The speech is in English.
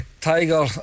Tiger